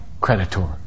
creditor